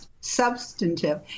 substantive